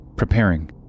preparing